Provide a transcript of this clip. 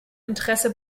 interesse